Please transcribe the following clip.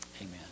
Amen